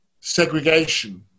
segregation